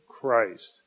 Christ